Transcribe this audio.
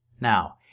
Now